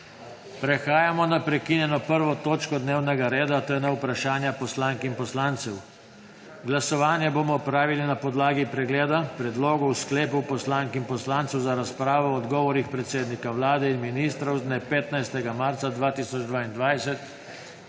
Prehajamo naprekinjeno 1. točko dnevnega reda, to je na vprašanja poslank in poslancev. Glasovanje bomo opravili na podlagi pregleda predlogov sklepov poslank in poslancev za razpravo o odgovorih predsednika Vlade in ministrov z dne 15. marca 2022,